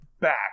back